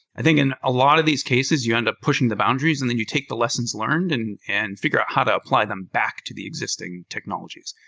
i think in a lot of these cases you end up pushing the boundaries and then you take the lessons learned and and figure out how to apply them back to the existing technologies.